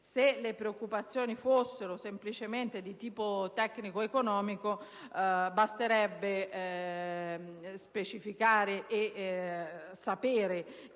Se le preoccupazioni fossero semplicemente di tipo tecnico-economico, basterebbe specificare e sapere